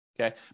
okay